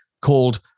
called